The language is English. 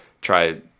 try